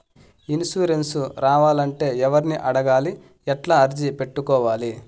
Insurance రావాలంటే ఎవర్ని అడగాలి? ఎట్లా అర్జీ పెట్టుకోవాలి?